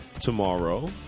tomorrow